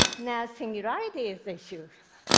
now singularity is the issue.